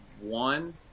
one